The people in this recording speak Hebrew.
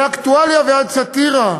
מאקטואליה ועד סאטירה,